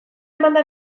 emanda